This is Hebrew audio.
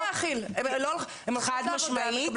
גם